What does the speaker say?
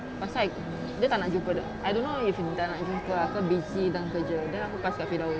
pasal dia tak nak jumpa I don't know if he tak nak jumpa ah ke busy tengah kerja then aku pass kat firdaus